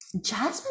Jasmine